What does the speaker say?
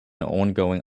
ongoing